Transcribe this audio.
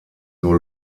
nur